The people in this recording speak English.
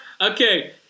Okay